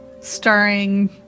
Starring